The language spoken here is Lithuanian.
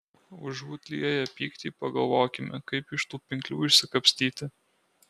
užuot lieję pyktį pagalvokime kaip iš tų pinklių išsikapstyti